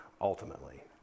ultimately